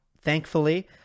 thankfully